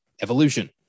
evolution